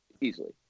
easily